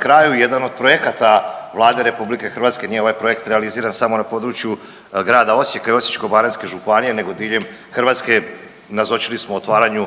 kraju. Jedan od projekata Vlade RH nije ovaj projekt realiziran samo na području grada Osijeka i Osječko-baranjske županije nego diljem Hrvatske nazočili smo otvaranju